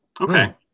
Okay